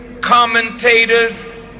commentators